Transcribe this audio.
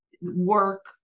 Work